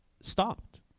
stopped